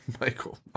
Michael